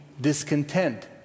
discontent